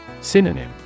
Synonym